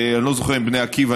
אני לא זוכר אם בני עקיבא,